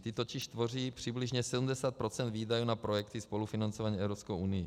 Ty totiž tvoří přibližně 70 % výdajů na projekty spolufinancované Evropskou unií.